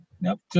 nope